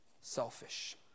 selfish